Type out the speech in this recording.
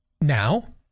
now